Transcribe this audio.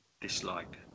dislike